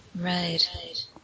Right